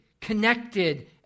connected